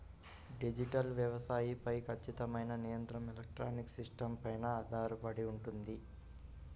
digital వ్యవసాయం పై ఖచ్చితమైన నియంత్రణ ఎలక్ట్రానిక్ సిస్టమ్స్ పైన ఆధారపడి ఉంటుంది